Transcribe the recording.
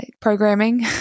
programming